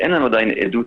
אין לנו עדיין עדות